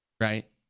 right